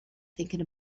thinking